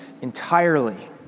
entirely